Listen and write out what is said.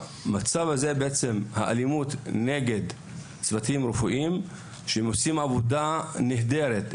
המצב הזה של אלימות נגד צוותים רפואיים שעושים עבודה נהדרת,